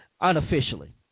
unofficially